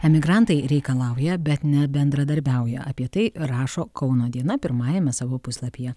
emigrantai reikalauja bet ne bendradarbiauja apie tai rašo kauno diena pirmajame savo puslapyje